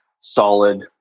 solid